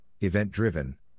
event-driven